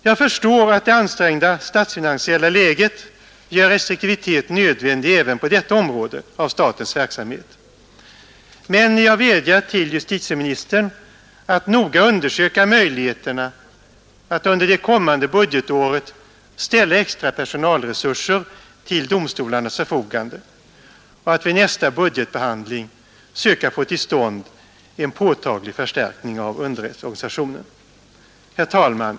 Jag förstår att det ansträngda statsfinansiella läget gör restriktivitet nödvändig även på detta område av statens verksamhet. Men jag vädjar till justitieministern att noga undersöka möjligheterna att under det kommande budgetåret ställa extra personalresurser till domstolarnas förfogande och att vid nästa budgetbehandling söka få till stånd en påtaglig förstärkning av underrättsorganisationen. Herr talman!